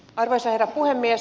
arvoisa herra puhemies